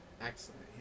excellent